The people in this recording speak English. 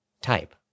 Type